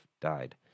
died